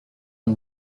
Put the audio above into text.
une